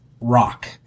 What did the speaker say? rock